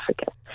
Africa